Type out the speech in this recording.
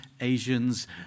Asians